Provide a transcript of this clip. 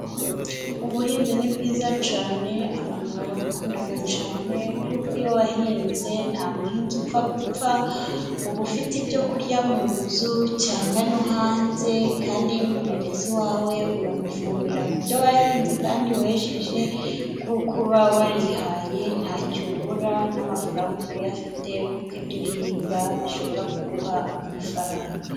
Ubuhinzi ni bwiza cyane abantu barabukunda cyane, kuko iyo wahinze nta muhinzi upfa gupfa ,uba ufite ibyo kurya mu nzu cyangwa no hanze ,kandi iyo umuntu ageze iwawe uramufungurira ku byo wahinze kandi wejeje, kuko uba warihaye ntacyo ubura, n'amafaranga uba uyafite, kuko ibyo uhinga bishobora kuguha amafaranga.